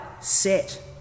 set